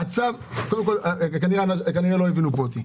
כנראה לא הבינו אותי.